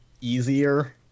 easier